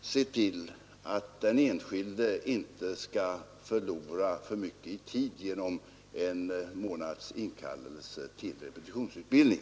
se till att den enskilde inte skall förlora för mycket i tid genom en månads inkallelse till repetitionsutbildning.